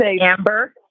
Amber